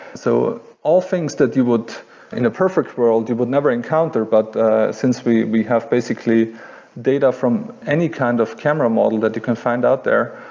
so all things that you would in a perfect world you would never encounter, but since we we have basically data from any kind of camera model that you can find out there,